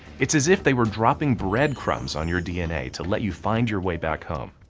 it's as if they were dropping bread crumbs on your dna to let you find your way back home.